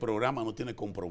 program and within a company